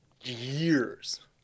years